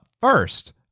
First